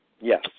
Yes